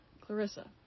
Clarissa